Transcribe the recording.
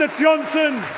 ah johnson,